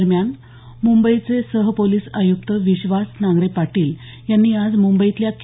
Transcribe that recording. दरम्यान मुंबईचे सहपोलिस आयुक्त विश्वास नांगरे पाटील यांनी आज मुंबईतल्या के